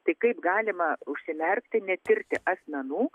tai kaip galima užsimerkti netirti asmenų